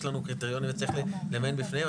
יש לנו קריטריונים וצריך למיין בפניהם,